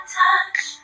touch